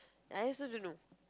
I also don't know